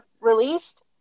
released